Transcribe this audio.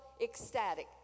ecstatic